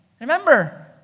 remember